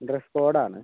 dress code ആണ്